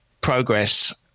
progress